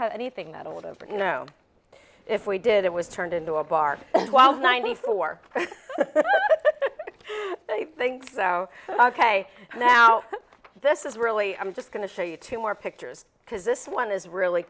was anything that old over you know if we did it was turned into a bar while ninety four i think ok now this is really i'm just going to show you two more pictures because this one is really